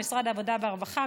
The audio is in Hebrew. משרד העבודה והרווחה,